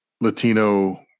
latino